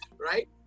right